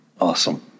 Awesome